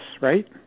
right